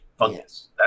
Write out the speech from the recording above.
fungus